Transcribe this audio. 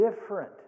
different